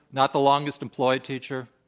not the longest employed teacher?